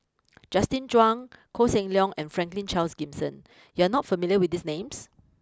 Justin Zhuang Koh Seng Leong and Franklin Charles Gimson you are not familiar with these names